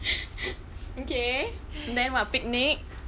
okay then what picnic